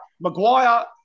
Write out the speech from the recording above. Maguire